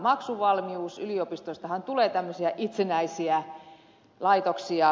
yliopistoistahan tulee tämmöisiä itsenäisiä laitoksia